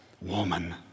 woman